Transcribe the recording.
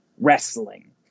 wrestling